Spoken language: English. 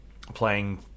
Playing